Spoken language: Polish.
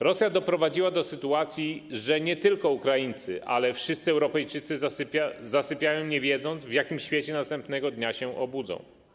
Rosja doprowadziła do sytuacji, że nie tylko Ukraińcy, ale i wszyscy Europejczycy zasypiają, nie wiedząc, w jakim świecie następnego dnia się obudzą.